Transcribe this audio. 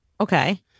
Okay